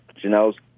Janelle's